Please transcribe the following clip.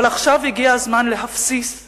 אבל עכשיו הגיע הזמן להפסיק